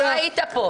גם לא היית פה.